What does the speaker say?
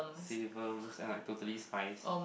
and like Totally-Spies